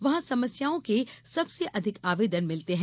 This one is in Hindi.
वहां समस्याओं के सबसे अधिक आवेदन मिलते हैं